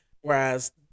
Whereas